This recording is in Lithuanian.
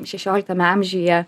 šešioliktame amžiuje